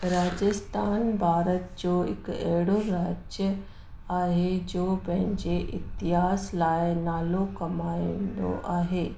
राजस्थान भारत जो हिकु अहिड़ो राज्य आहे जो पंहिंजे इतिहास लाइ नालो कमाईंदो आहे